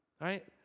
right